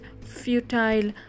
futile